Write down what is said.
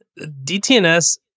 DTNS